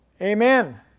Amen